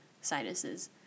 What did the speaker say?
sinuses